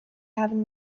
having